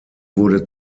wurde